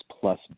plus